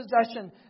possession